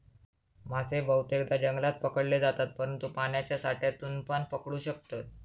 मासे बहुतेकदां जंगलात पकडले जातत, परंतु पाण्याच्या साठ्यातूनपण पकडू शकतत